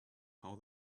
how